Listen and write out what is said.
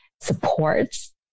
supports